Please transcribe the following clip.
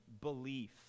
belief